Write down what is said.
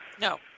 No